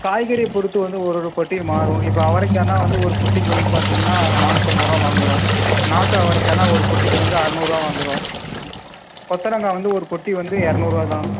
காய்கறியை பொறுத்து வந்து ஒரு ஒரு பெட்டியும் மாறும் இப்போ அவரைக்கான்னா வந்து ஒரு பெட்டிக்கு வந்து பார்த்தீங்கன்னா நானூற்றம்பதுரூவா வாங்குறோம் நாட்டு அவரைக்கான்னா ஒரு பெட்டிக்கு வந்து அறநூறுவா வாங்குறோம் கொத்தரங்காய் வந்து ஒரு பெட்டி வந்து இரநூருவா தான்